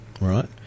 Right